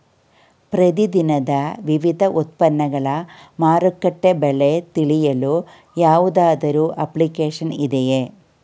ಪ್ರತಿ ದಿನದ ವಿವಿಧ ಉತ್ಪನ್ನಗಳ ಮಾರುಕಟ್ಟೆ ಬೆಲೆ ತಿಳಿಯಲು ಯಾವುದಾದರು ಅಪ್ಲಿಕೇಶನ್ ಇದೆಯೇ?